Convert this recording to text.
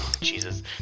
jesus